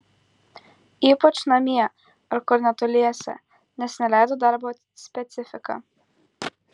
ypač namie ar kur netoliese nes neleido darbo specifika